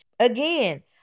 Again